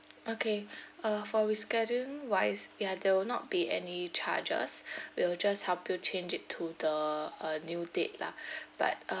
okay uh for rescheduling wise ya there will not be any charges we'll just help you change it to the a new date lah but uh